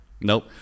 Nope